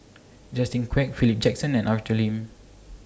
Justin Quek Philip Jackson and Arthur Lim